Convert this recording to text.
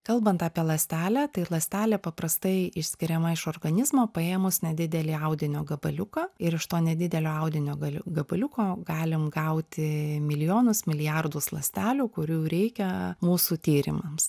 kalbant apie ląstelę tai ląstelė paprastai išskiriama iš organizmo paėmus nedidelį audinio gabaliuką ir iš to nedidelio audinio gali gabaliuko galim gauti milijonus milijardus ląstelių kurių reikia mūsų tyrimams